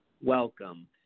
welcome